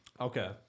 Okay